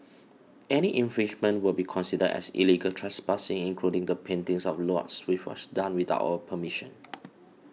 any infringement will be considered as illegal trespassing including the paintings of lots which was done without our permission